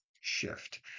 shift